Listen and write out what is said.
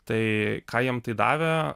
tai ką jiem tai davė